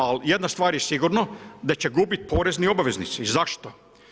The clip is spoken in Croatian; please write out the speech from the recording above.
Ali jedna stvar je sigurna, da će gubiti porezni obveznici, zašto?